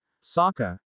Saka